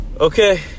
Okay